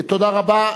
תודה רבה.